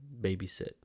babysit